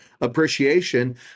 appreciation